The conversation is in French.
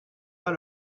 pas